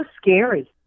scary